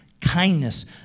kindness